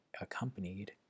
accompanied